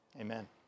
amen